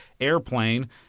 Airplane